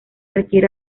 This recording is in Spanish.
requiere